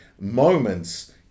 moments